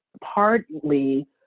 partly